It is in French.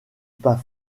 pas